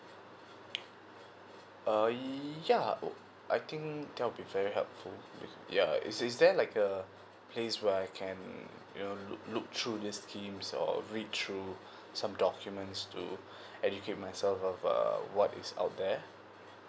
uh yeah okay that'll be very helpful yeah is is is there like a place where I can you know look look through his scheme or read through some documents to educate myself of uh what is out there